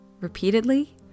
repeatedly